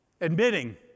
Admitting